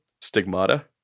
Stigmata